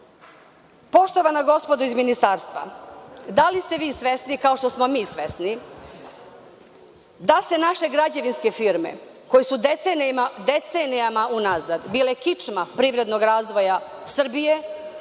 posao. Poštovana gospodo iz ministarstva da li ste vi svesni kao što smo mi svesni da se naše građevinske firme koje su decenijama unazad bili kičma privrednog razvoja Srbije,